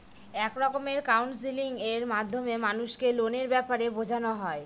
এক রকমের কাউন্সেলিং এর মাধ্যমে মানুষকে লোনের ব্যাপারে বোঝানো হয়